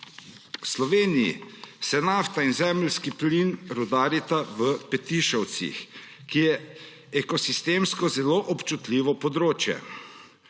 V Sloveniji se nafta in zemeljski plin rudarita v Petišovcih, ki je ekosistemsko zelo občutljivo področje.